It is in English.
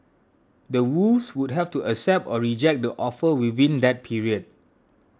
the Woos would have to accept or reject the offer within that period